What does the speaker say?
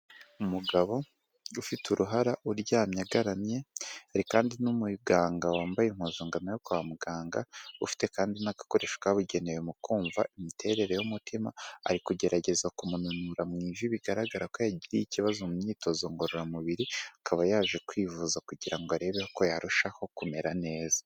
Umugabo ufite uruhara, uryamye agaramye, hari kandi n'umuganga wambaye impuzankano yo kwa muganga, ufite kandi n'agakoresho kabugenewe mu kumva imiterere y'umutima, ari kugerageza kumunanura mu ivi bigaragara ko yagiriye ikibazo mu myitozo ngororamubiri, akaba yaje kwivuza kugira ngo arebe ko yarushaho kumera neza.